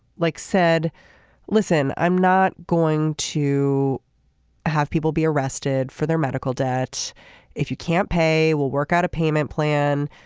like said listen i'm not going to have people be arrested for their medical debt if you can't pay we'll work out a payment plan.